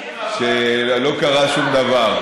שלא קרה שום דבר.